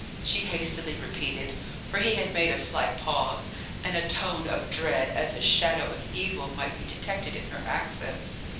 she hastily repeated for he had made a slight pause and a tone of dread, as a shadow of evil, might be detected in her accents.